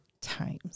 times